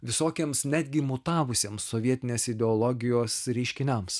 visokiems netgi mutavusiems sovietinės ideologijos reiškiniams